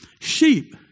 Sheep